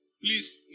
please